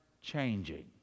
changing